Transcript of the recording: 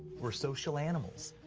we're social animals.